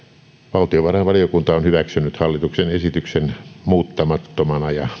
valtiovarainvaliokunta on hyväksynyt hallituksen esityksen muuttamattomana ja